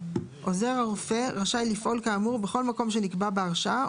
עוזר הרופא רשאי לפעול כאמור בכל מקום שנקבע בהרשאה,